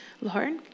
Lord